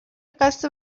قصد